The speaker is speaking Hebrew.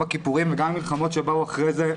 יום הכיפורים וגם ממלחמות שבאו אחרי כן,